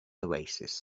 oasis